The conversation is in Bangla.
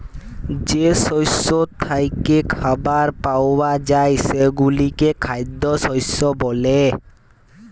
যে শস্য থ্যাইকে খাবার পাউয়া যায় সেগলাকে খাইদ্য শস্য ব্যলে